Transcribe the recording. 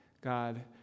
God